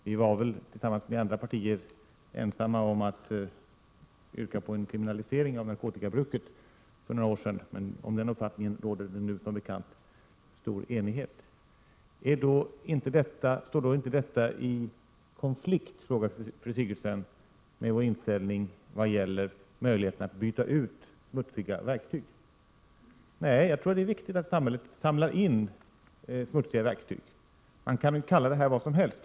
Vi var väl för några år sedan ensamma om att yrka på kriminalisering av narkotikabruket, men om den uppfattningen råder det nu som bekant stor enighet. Står då inte detta i konflikt, frågar fru Sigurdsen, med vår inställning vad gäller möjligheten att byta ut smutsiga verktyg? Nej, jag tror att det är viktigt att samhället samlar in smutsiga verktyg. Man kan kalla det här vad som helst.